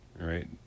right